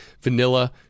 vanilla